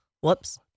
Whoops